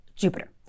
Jupiter